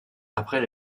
après